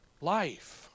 life